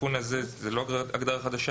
התיקון הזה זו לא הגדרה חדשה.